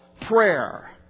prayer